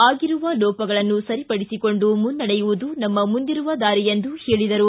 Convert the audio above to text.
ಆಗಿರುವ ಲೋಪಗಳನ್ನು ಸರಿಪಡಿಸಿಕೊಂಡು ಮುನ್ನಡೆಯುವುದು ನಮ್ನ ಮುಂದಿರುವ ದಾರಿ ಎಂದು ಹೇಳಿದರು